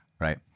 right